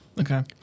Okay